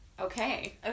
Okay